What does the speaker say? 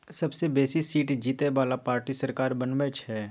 सबसे बेशी सीट जीतय बला पार्टी सरकार बनबइ छइ